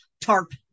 tarp